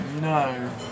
No